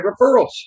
referrals